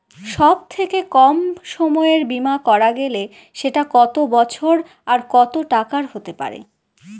সব থেকে কম সময়ের বীমা করা গেলে সেটা কত বছর আর কত টাকার হতে পারে?